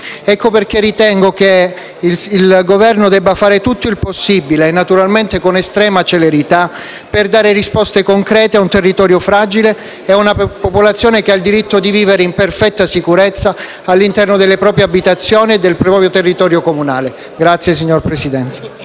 Per questo ritengo che il Governo debba fare tutto il possibile, e naturalmente con estrema celerità, per dare risposte concrete ad un territorio fragile e ad una popolazione che ha il diritto di vivere in perfetta sicurezza all'interno delle proprie abitazioni e del proprio territorio comunale. *(Applausi dal